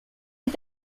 est